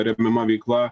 remiama veikla